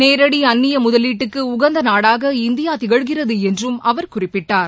நேரடி அந்நிய முதலீட்டுக்கு உகந்த நாடாக இந்தியா திகழ்கிறது என்றும் அவர் குறிப்பிட்டார்